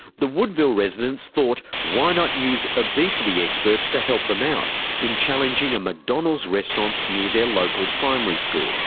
the woodville residents thought why not use obesity experts to help them out in challenging a mcdonald's restaurant near their local primary school.